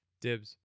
Dibs